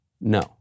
No